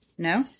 No